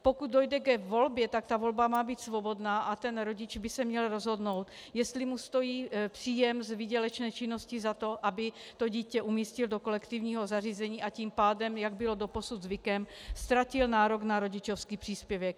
Pokud dojde k volbě, tak ta volba má být svobodná a rodič by se měl rozhodnout, jestli mu stojí příjem z výdělečné činnosti za to, aby dítě umístil do kolektivního zařízení, a tím pádem, jak bylo doposud zvykem, ztratil nárok na rodičovský příspěvek.